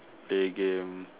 play game